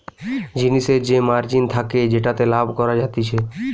জিনিসের যে মার্জিন থাকে যেটাতে লাভ করা যাতিছে